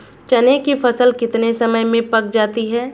चने की फसल कितने समय में पक जाती है?